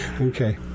Okay